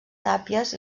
tàpies